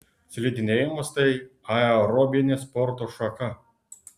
slidinėjimas tai aerobinė sporto šaka